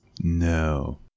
No